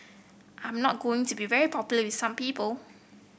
I'm not going to be very popular with some people